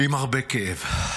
עם הרבה כאב.